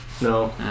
No